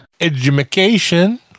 education